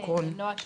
נועה שוקרון,